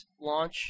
launch